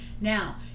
now